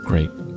great